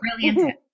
brilliant